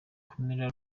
komera